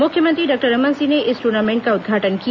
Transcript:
मुख्यमंत्री डॉक्टर रमन सिंह ने इस टूर्नामेंट का उद्घाटन किया